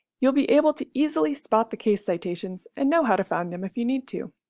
you'll be able to easily spot the case citations and know how to find them if you need to.